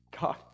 God